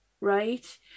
right